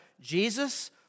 Jesus